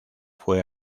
fue